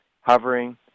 hovering